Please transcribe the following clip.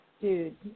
dude